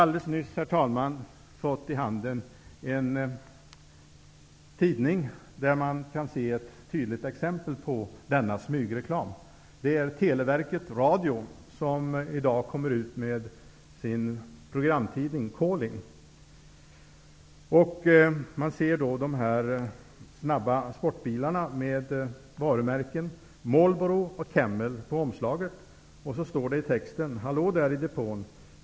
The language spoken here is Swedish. Alldeles nyss fick jag en tidning där man man kan se ett tydligt exempel på denna smygreklam. Det är Televerket Radios programtidning Calling. På omslaget ser man snabba sportbilar med varumärken: Marlboro och Camel. Och i en text står det: ''Hallå där i depån!